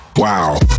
Wow